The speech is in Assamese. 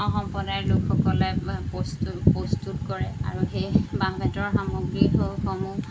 সম্প্ৰদায়ৰ লোকসকলে প্ৰস্তু প্ৰস্তুত কৰে আৰু সেই বাঁহ বেতৰ সামগ্ৰীসমূহ